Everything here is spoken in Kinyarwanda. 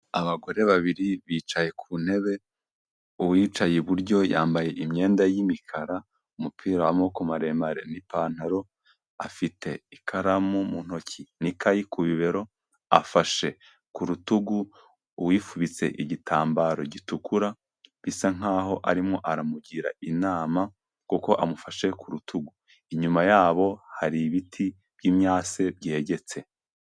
Abagore babiri bicaye ku ntebe, uwicaye iburyo yambaye imyenda y'imikara, umupira w'amoboko maremare n'ipantaro, afite ikaramu mu ntoki n'ikayi ku bibero, afashe ku rutugu uwifubitse igitambaro gitukura, bisa nk'aho arimo aramugira inama, kuko amufashe ku rutugu, inyuma yabo hari ibiti by'imyase byegetse.